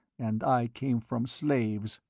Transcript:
and i came from slaves.